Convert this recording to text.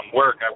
work